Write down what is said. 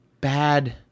bad